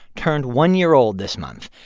turned one year old this month.